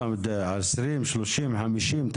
זה 20, 30, 50 שקלים?